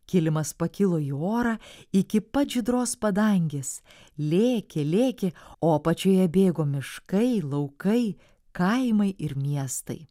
kilimas pakilo į orą iki pat žydros padangės lėkė lėkė o apačioje bėgo miškai laukai kaimai ir miestai